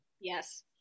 Yes